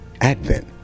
Advent